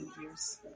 Year's